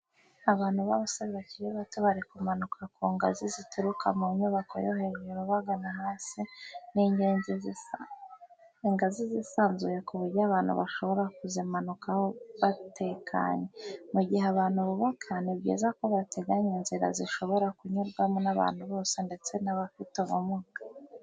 Abantu b'abasore bakiri bato bari kumanuka ku ngazi zituruka mu nyubako yo hejuru bagana hasi, ni ingazi zisanzuye ku buryo abantu bashobora kuzimanukaho batekanye. Mu gihe abantu bubaka ni byiza ko bateganya inzira zishobora kunyurwaho n'abantu bose ndetse n'abafite ubumuga.